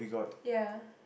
ya